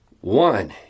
One